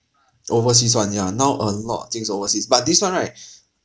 overseas [one] ya now a lot of things overseas but this one right